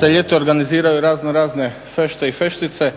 se ljeti organiziraju raznorazne fešte i feštice